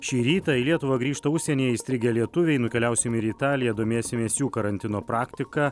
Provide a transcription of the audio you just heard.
šį rytą į lietuvą grįžta užsienyje įstrigę lietuviai nukeliausim ir į italiją domėsimės jų karantino praktika